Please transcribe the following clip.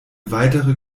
weitere